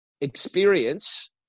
experience